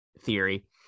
theory